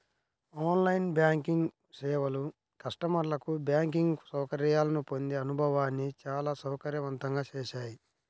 on line banking సేవలు కస్టమర్లకు banking సౌకర్యాలను పొందే అనుభవాన్ని చాలా సౌకర్యవంతంగా చేశాయి